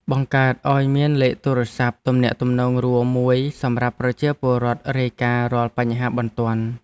បង្កើតឱ្យមានលេខទូរស័ព្ទទំនាក់ទំនងរួមមួយសម្រាប់ប្រជាពលរដ្ឋរាយការណ៍រាល់បញ្ហាបន្ទាន់។